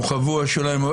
אז עוד קצת יורחבו השוליים.